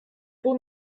pour